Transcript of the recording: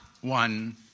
one